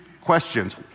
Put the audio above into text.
questions